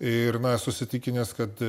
ir na esu įsitikinęs kad